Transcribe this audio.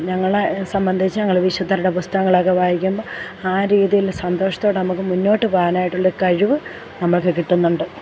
ഞങ്ങളെ സംബന്ധിച്ച് ഞങ്ങൾ വിശുദ്ധരുടെ പുസ്തകങ്ങളൊക്കെ വായിക്കുമ്പോൾ ആ രീതിയില് സന്തോഷത്തോടെ നമുക്ക് മുന്നോട്ടു പോകാനായിട്ടുള്ള കഴിവ് നമുക്ക് കിട്ടുന്നുണ്ട്